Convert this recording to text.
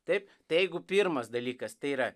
taip tai jeigu pirmas dalykas tai yra